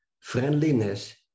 friendliness